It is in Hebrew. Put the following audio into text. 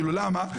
למה?